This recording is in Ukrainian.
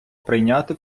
прийняти